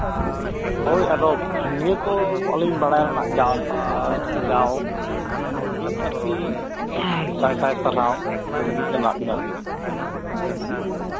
ᱦᱳᱭ ᱟᱫᱚ ᱱᱤᱭᱟᱹ ᱠᱚ ᱟᱞᱤᱧ ᱵᱟᱲᱟᱭ ᱨᱮᱭᱟᱜ ᱡᱟᱣ ᱤᱧ ᱟᱨᱠᱤ ᱥᱟᱭ ᱥᱟᱭ ᱥᱟᱨᱦᱟᱣ ᱟᱵᱤᱱ ᱞᱤᱧ ᱮᱢᱟᱫ ᱵᱮᱱᱟ ᱟᱨᱠᱤ